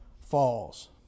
falls